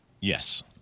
Yes